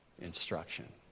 instruction